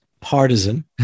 partisan